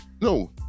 No